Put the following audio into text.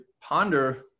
ponder